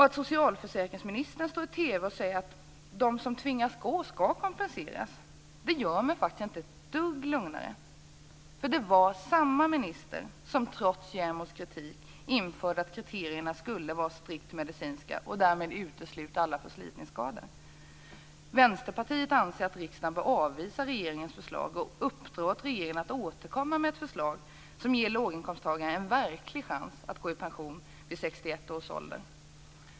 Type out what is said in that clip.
Att socialförsäkringsministern i TV säger att de som tvingas gå skall kompenseras gör mig faktiskt inte ett dugg lugnare, eftersom samma minister trots JämO:s kritik införde att kriterierna skulle vara strikt medicinska, vilket innebär att alla förslitningsskador utesluts. Vänsterpartiet anser att riksdagen bör avvisa regeringens förslag och uppdra åt regeringen att återkomma med ett förslag som ger låginkomsttagare en verklig chans att gå i pension vid 61 års ålder.